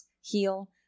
heal